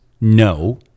no